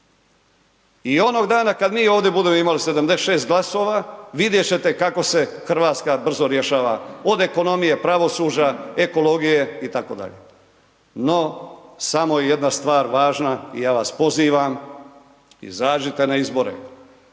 I onog dana kad mi ovdje budemo imali 76 glasova, vidjet ćete kako se Hrvatska brzo rješava, od ekonomije, pravosuđa, ekologije itd. No samo je jedna stvar važna i ja vas poziva,, izađite na izbore.